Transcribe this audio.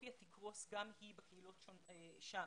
הפילנתרופיה תקרוס בקהילות שם.